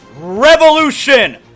Revolution